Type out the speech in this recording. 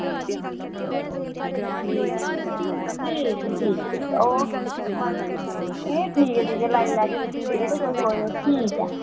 ठीक ऐ ठीक ठीक ऐ ओके एह् ठीक ऐ ठीक ऐ लाई लैगे तुसेंगी रेट तुस आवेओ ठीक ऐ